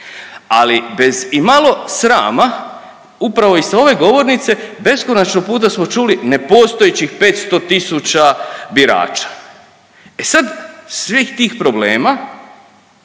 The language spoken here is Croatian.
Ali bez i malo srama upravo i sa ove govornice beskonačno puta smo čuli nepostojećih 500 000 birača. E sad, svih tih problema